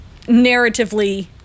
narratively